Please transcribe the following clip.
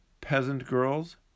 peasant-girls